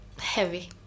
heavy